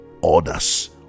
orders